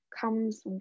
comes